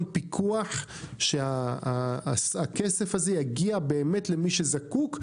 פיקוח שהכסף הזה יגיע באמת למי שזקוק,